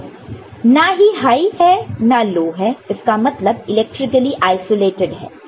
तो ना ही हाई है ना लो है इसका मतलब इलेक्ट्रिकली आइसोलेटेड है